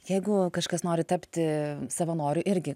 jeigu kažkas nori tapti savanoriu irgi